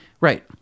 right